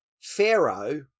Pharaoh